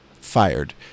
fired